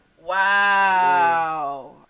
Wow